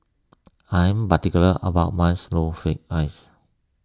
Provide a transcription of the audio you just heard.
I am particular about my Snowflake Ice